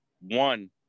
One